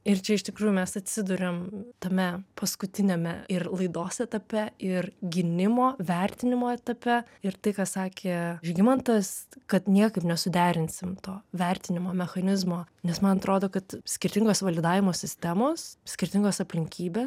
ir čia iš tikrųjų mes atsiduriame tame paskutiniame ir laidos etape ir gynimo vertinimo etape ir tai ką sakė žygimantas kad niekaip nesuderinsim to vertinimo mechanizmo nes man atrodo kad skirtingos validavimo sistemos skirtingos aplinkybės